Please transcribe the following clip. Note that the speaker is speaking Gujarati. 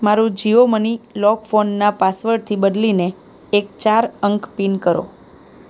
મારું જીઓમની લોક ફોનના પાસવર્ડથી બદલીને એક ચાર અંક પીન કરો